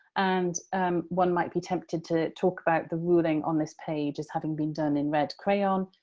and one might be tempted to talk about the ruling on this page as having been done in red crayon,